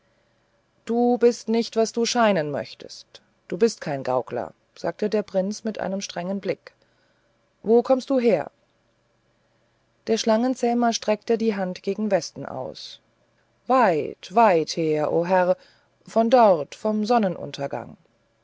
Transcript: du bist nicht was du scheinen möchtest du bist kein gaukler sagte der prinz mit einem strengen blick wo kommst du her der schlangenzähmer streckte die hand gegen westen aus weit weit her o herr von dort vom sonnenuntergang